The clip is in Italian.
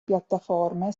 piattaforme